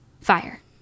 fire